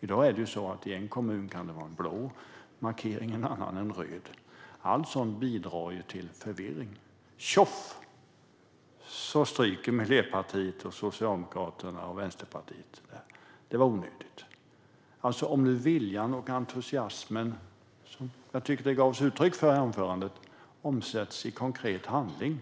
I dag kan det vara en blå markering i en kommun och en röd i en annan. Allt sådant bidrar till förvirring. Tjoff - så stryker Miljöpartiet, Socialdemokraterna och Vänsterpartiet detta! Det var onyttigt, tycker de. Om nu den vilja och entusiasm som jag tyckte att det gavs uttryck för i anförandet omsätts i konkret handling